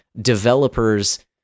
Developers